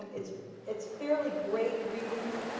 um it's it's fairly great reading.